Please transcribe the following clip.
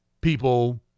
people